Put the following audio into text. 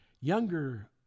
younger